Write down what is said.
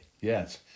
Yes